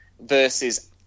versus